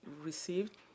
received